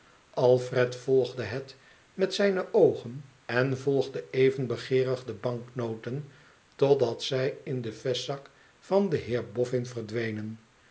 alfred volgde het met zijne oogen en volgde even begeerig de banknoten totdat zij in den vestzak van den heer boffin verdwenen